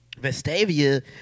Vestavia